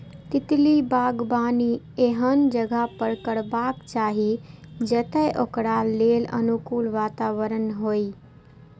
तितली बागबानी एहन जगह पर करबाक चाही, जतय ओकरा लेल अनुकूल वातावरण होइ